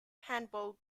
handball